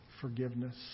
forgiveness